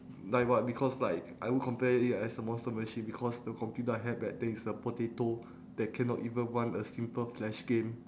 like what because like I would compare it as a monster machine because the computer I had back then is a potato that cannot even run a simple flash game